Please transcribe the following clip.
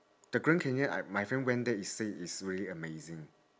the grand canyon I my friend went there he say it's really amazing